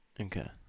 Okay